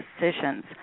decisions